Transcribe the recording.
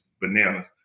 bananas